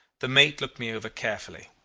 the mate looked me over carefully.